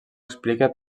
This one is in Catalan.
explica